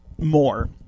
more